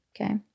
okay